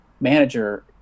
manager